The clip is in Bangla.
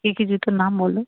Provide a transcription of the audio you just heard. কী কী জুতো নাম বলো